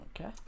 Okay